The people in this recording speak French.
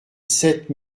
sept